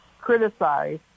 criticize